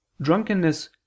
drunkenness